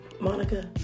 monica